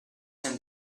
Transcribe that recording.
him